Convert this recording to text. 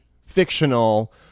fictional